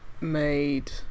made